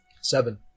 Seven